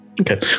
okay